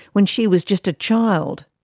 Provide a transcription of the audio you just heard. when she was just a child.